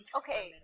okay